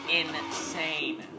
insane